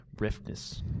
Riftness